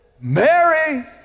Mary